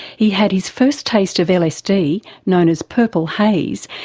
he had his first taste of lsd, known as purple haze,